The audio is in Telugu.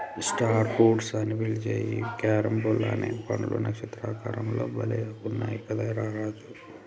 స్టార్ ఫ్రూట్స్ అని పిలిచే ఈ క్యారంబోలా అనే పండ్లు నక్షత్ర ఆకారం లో భలే గున్నయ్ కదా రా రాజు